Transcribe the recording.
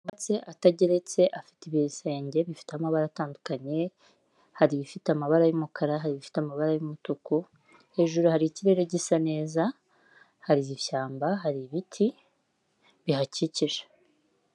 Amazu atageretse afite ibisenge bifite amabara atandukanye, hari ibifite amabara y'umukara, bifite amabara yumutuku, hejuru hari ikirere gisa neza hari n'ishyamba hari ibiti bihakikije.